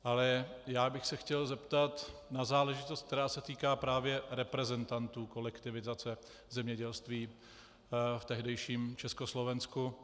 Ale chtěl bych se zeptat na záležitost, která se týká právě reprezentantů kolektivizace v zemědělství v tehdejším Československu.